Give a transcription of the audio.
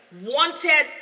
wanted